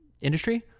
industry